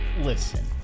Listen